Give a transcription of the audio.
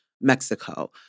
Mexico